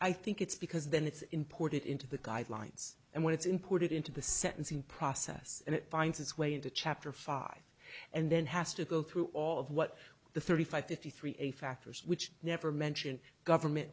i think it's because then it's imported into the guidelines and when it's imported into the sentencing process and it finds its way into chapter five and then has to go through all of what the thirty five fifty three a factors which never mention government